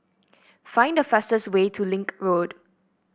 find the fastest way to Link Road